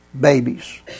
babies